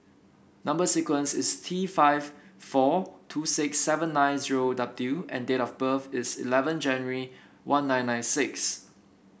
number sequence is T five four two six seven nine zero W and date of birth is eleven January one nine nine six